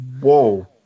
whoa